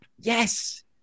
Yes